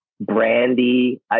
Brandy